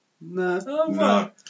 No